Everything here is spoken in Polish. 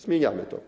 Zmieniamy to.